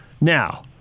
Now